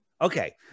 Okay